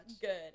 Good